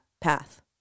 path